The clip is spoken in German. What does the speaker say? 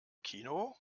kino